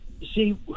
see